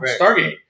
Stargate